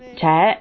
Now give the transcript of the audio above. c'è